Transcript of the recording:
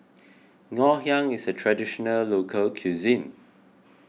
Ngoh Hiang is a Traditional Local Cuisine